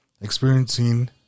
Experiencing